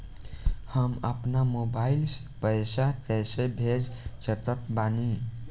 हम अपना मोबाइल से पैसा कैसे भेज सकत बानी?